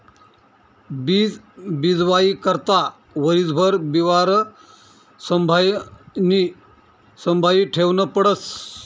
बीज बीजवाई करता वरीसभर बिवारं संभायी ठेवनं पडस